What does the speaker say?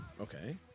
Okay